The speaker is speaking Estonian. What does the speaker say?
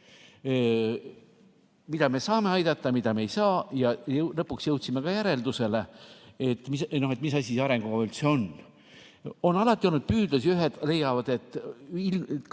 kus me saame aidata, kus me ei saa. Lõpuks jõudsime ka järeldusele, mis asi see arengukava üldse on. Alati on olnud püüdlusi, kui ühed leiavad, et